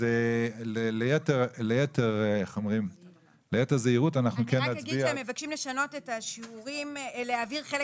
אני רק אגיד שהם מבקשים להעביר חלק